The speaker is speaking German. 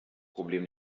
problem